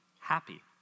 happy